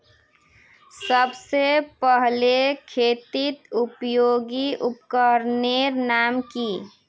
सबसे पहले खेतीत उपयोगी उपकरनेर नाम की?